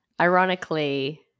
Ironically